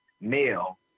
male